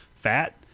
fat